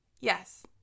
Yes